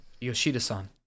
Yoshida-san